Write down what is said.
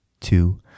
two